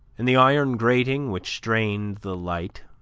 and the iron grating which strained the light,